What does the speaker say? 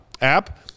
app